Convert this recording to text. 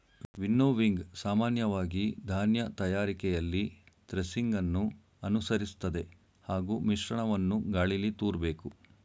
winnowing ಸಾಮಾನ್ಯವಾಗಿ ಧಾನ್ಯ ತಯಾರಿಕೆಯಲ್ಲಿ ಥ್ರೆಸಿಂಗನ್ನು ಅನುಸರಿಸ್ತದೆ ಹಾಗೂ ಮಿಶ್ರಣವನ್ನು ಗಾಳೀಲಿ ತೂರ್ಬೇಕು